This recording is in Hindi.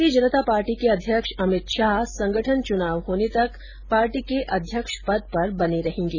भारतीय जनता पार्टी के अध्यक्ष अमित शाह संगठन चुनाव होने तक पार्टी के अध्यक्ष पद पर बने रहेंगे